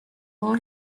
will